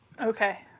Okay